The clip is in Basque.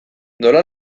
nola